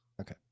Okay